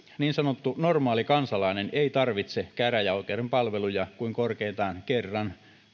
niin sanottu normaali kansalainen ei tarvitse käräjäoikeuden palveluja kuin korkeintaan kerran